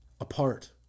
apart